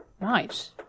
right